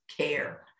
care